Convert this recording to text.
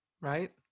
Right